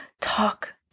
talk